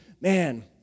man